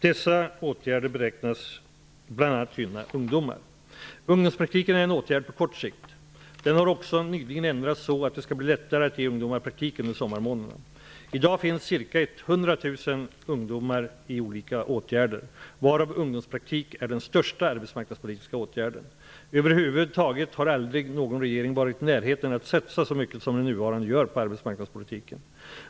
Dessa åtgärder beräknas bl.a. gynna ungdomar. Ungdomspraktiken är en åtgärd på kort sikt. Den har också nyligen ändrats så att det skall bli lättare att ge ungdomar praktik under sommarmånaderna. I dag finns ca 100 000 ungdomar i olika åtgärder, varav ungdomspraktik är den största arbetsmarknadspolitiska åtgärden. Över huvud taget har aldrig någon regering varit i närheten av att satsa så mycket som den nuvarande gör på arbetsmarknadspolitiken.